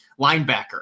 linebacker